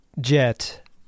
jet